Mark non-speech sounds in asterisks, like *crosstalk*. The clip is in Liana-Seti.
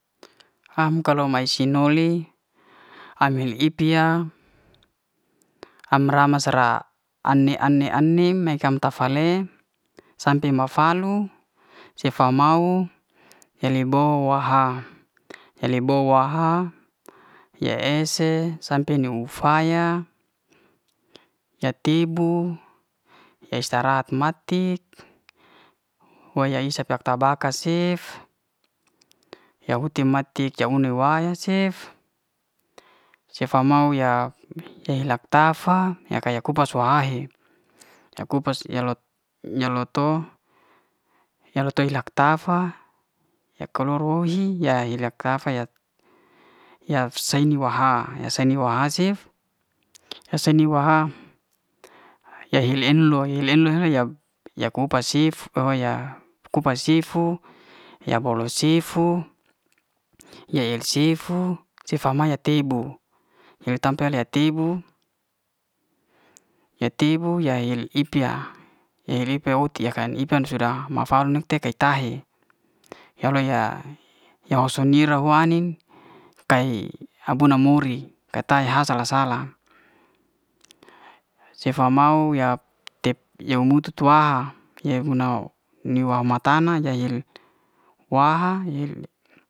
Am kalau mae sinoli amel ipi'ya am ramas ra ai'nim- ai'nim- ai'nim mekan ta fale sampe ma falu sefa mau ely bo'waha. ely bo'waha ya ese sampe niuw faya ya tibu ya istarahat matik waya isak lak tabaka cef yak huti'mati na uni yak cef. sefa mau ya ya hela tak fa ya hala kupas wa'ha he *hesitation* yak kala kupas yo lo'to yak tafa ya kolo'rohi *hesitation* yak seini wa ha. ya se ni wa'ha cef *hesitation* ya se ni wa'ha ya hil'henloy ya ya kupas cef, ya kupas sifu ya bo'loh sifu, ya yal sifu sefa mae tebu, ye le tampil mea tebu. ya tebu yal yil ip'ya uhti yak kal ipan sudah ma falu teke ta'he ya lo ya ya'hoso nira huwanin kay abura muri ka tai hasa salah salah. sefa mau ya *hesitation* mutu tu'wa ha ya ebu nauw ya ma tanah yahil wa'ha yahil.